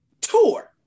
tour